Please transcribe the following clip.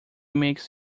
makes